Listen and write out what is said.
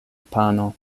pano